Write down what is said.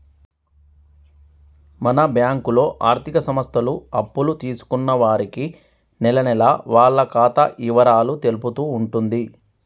మన బ్యాంకులో ఆర్థిక సంస్థలు అప్పులు తీసుకున్న వారికి నెలనెలా వాళ్ల ఖాతా ఇవరాలు తెలుపుతూ ఉంటుంది